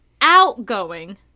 outgoing